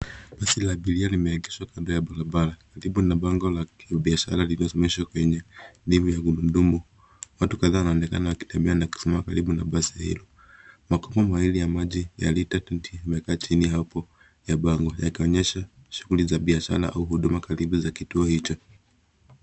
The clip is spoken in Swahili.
Basi la abiria limeegeshwa kando ya barabara karibu ya bango la biashara lililosimamishwa kwenye rimu ya gurudumu. Watu kadhaa wanaonekana wakitembea na kusimama karibu na basi hilo. Mabomba mawili ya maji ya lita twenty yamewekwa chini hapo yakionyesha shughuli za biashara au huduma za karibu na kituo hicho.